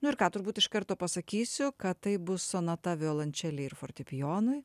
nu ir ką turbūt iš karto pasakysiu kad taip bus sonata violončelei ir fortepijonui